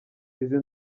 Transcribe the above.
izo